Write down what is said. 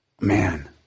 man